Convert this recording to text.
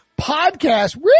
podcast